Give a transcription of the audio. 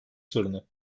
sorunu